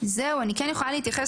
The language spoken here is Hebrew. אני יכולה להתייחס